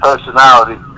personality